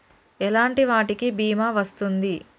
ఎలాంటి వాటికి బీమా వస్తుంది?